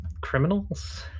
criminals